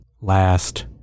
last